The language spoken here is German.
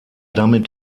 damit